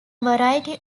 variety